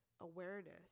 awareness